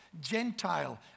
Gentile